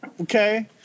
okay